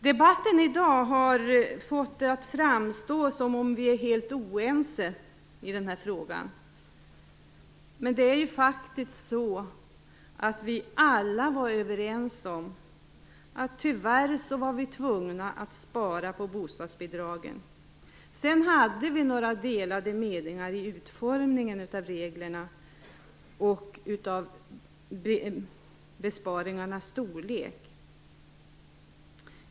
Debatten i dag har fått det att framstå som om vi är helt oense i denna fråga, men vi var ju alla överens om att vi tyvärr är tvungna att spara på bostadsbidragen. Sedan hade vi delade meningar om utformningen av reglerna och om besparingarnas storlek.